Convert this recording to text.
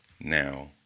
Now